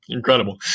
Incredible